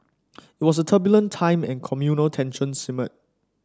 it was a turbulent time and communal tensions simmered